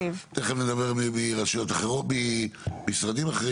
תכף נדבר ממשרדים אחרים,